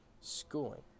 schooling